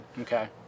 Okay